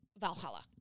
Valhalla